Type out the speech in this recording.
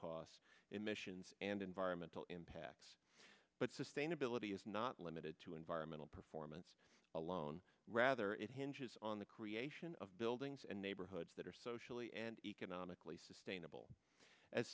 costs emissions and environmental impacts but sustainability is not limited to environmental performance alone rather it hinges on the creation of buildings and neighborhoods that are socially and economically sustainable as